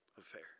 affair